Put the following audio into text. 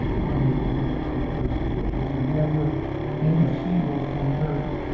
how to make it an interesting place to work. it's never being a ceo or founder.